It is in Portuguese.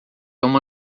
uma